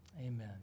Amen